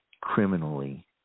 criminally